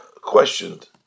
questioned